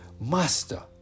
Master